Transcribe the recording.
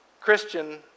Christian